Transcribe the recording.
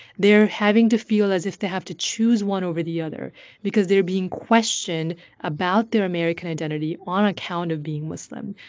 they're having to feel as if they have to choose one over the other because they're being questioned about their american identity on account of being muslim.